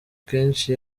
keshi